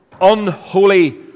unholy